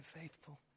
faithful